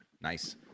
Nice